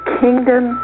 kingdom